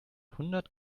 hundert